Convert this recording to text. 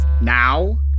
Now